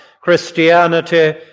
Christianity